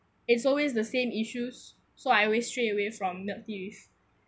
it's always the same issues so I always straight away from milk tea with